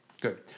good